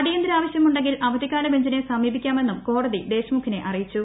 അടിയന്തര ആവശ്യമുണ്ടെങ്കിൽ അവധിക്കാല ബെഞ്ചിനെ സമീപിക്കാമെന്നും കോടതി ദേശ്മുഖിനെ അറിയിച്ചു